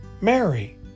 Mary